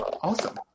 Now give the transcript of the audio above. Awesome